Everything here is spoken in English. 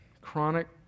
chronic